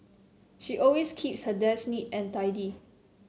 she always keeps her desk neat and tidy